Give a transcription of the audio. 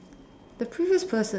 the previous person